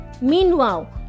Meanwhile